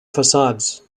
facades